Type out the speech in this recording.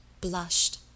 blushed